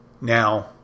Now